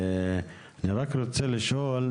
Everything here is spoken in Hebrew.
אני רק רוצה לשאול,